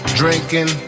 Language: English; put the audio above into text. drinking